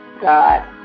God